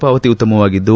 ಪಾವತಿ ಉತ್ತಮವಾಗಿದ್ದು